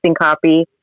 copy